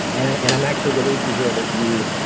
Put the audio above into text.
and ah and i'm actually relieved to hear that you